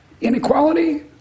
Inequality